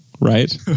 right